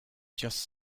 just